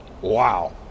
wow